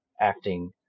acting